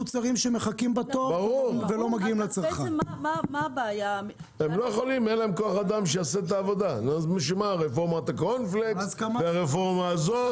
מצליחים לתת להם את כוח האדם הדרוש בעניין הזה?